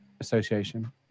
Association